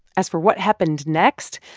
as for what happened next,